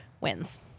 wins